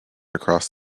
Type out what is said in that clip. across